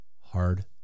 Hard